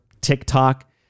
TikTok